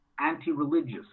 anti-religious